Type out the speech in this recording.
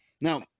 Now